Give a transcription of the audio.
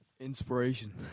Inspiration